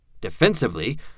Defensively